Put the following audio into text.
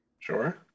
Sure